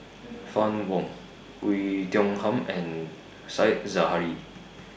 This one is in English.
Fann Wong Oei Tiong Ham and Said Zahari